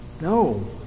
No